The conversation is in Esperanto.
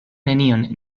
nenion